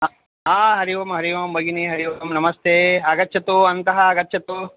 हा हरिः ओम् हरिः ओं भगिनि हरिः ओं नमस्ते आगच्छतु अन्तः आगच्छतु